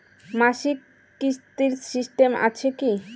মাসিক কিস্তির সিস্টেম আছে কি?